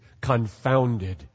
confounded